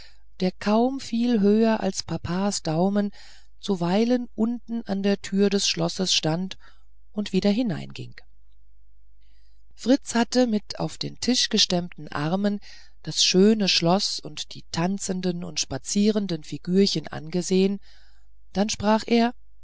aber kaum viel höher als papas daumen zuweilen unten an der tür des schlosses stand und wieder hineinging fritz hatte mit auf den tisch gestemmten armen das schöne schloß und die tanzenden und spazierenden figürchen angesehen dann sprach er